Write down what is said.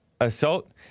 Assault